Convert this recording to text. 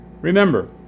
remember